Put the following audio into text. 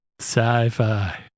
Sci-fi